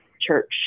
church